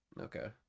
Okay